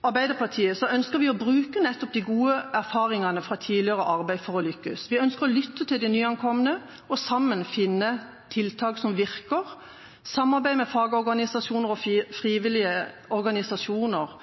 Arbeiderpartiet ønsker vi å bruke nettopp de gode erfaringene fra tidligere arbeid for å lykkes. Vi ønsker å lytte til de nyankomne og sammen finne tiltak som virker, samarbeide med fagorganisasjoner og frivillige organisasjoner